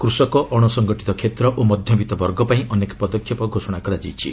କୃଷକ ଅଣସଙ୍ଗଠିତ କ୍ଷେତ୍ର ଓ ମଧ୍ୟବିତ୍ତ ବର୍ଗପାଇଁ ଅନେକ ପଦକ୍ଷେପ ଘୋଷଣା କରାଯାଇଛି